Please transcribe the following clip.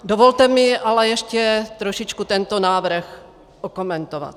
Dovolte mi ale ještě trošičku tento návrh okomentovat.